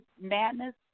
madness